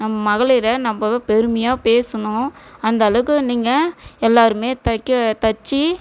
நம்ம மகளிர நம்ப பெருமையாக பேசணும் அந்த அளவுக்கு நீங்கள் எல்லாருமே தைக்க தச்சு